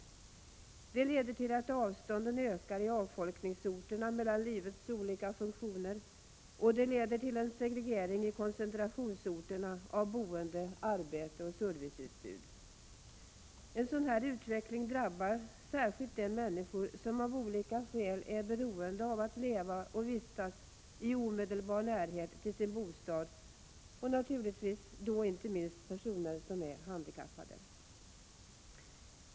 Detta leder till att avstånden i avfolkningsorterna ökar mellan livets olika funktioner, och det leder till en segregering i koncentrationsorterna av boende, arbete och serviceutbud. En sådan här utveckling drabbar särskilt de människor som av olika skäl är beroende av att leva och vistas i omedelbar närhet till sin bostad — och då naturligtvis inte minst personer som är handikappade.